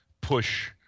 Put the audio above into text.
push